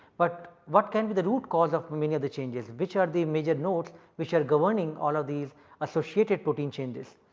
but what can be the root cause of many other changes, which are the major nodes which are governing all of these associated protein changes.